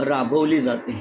राबवली जाते